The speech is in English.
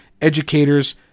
educators